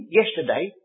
yesterday